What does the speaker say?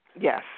Yes